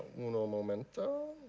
uno momento